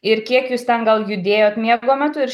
ir kiek jūs ten gal judėjot miego metu ir